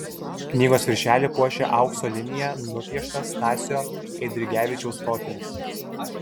knygos viršelį puošia aukso linija nupieštas stasio eidrigevičiaus profilis